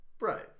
Right